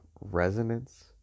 Resonance